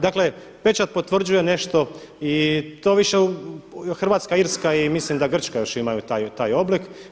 Dakle pečat potvrđuje nešto i to više Hrvatska-Irska i mislim da Grčka još imaju taj oblik.